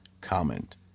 comment